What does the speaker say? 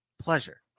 Pleasure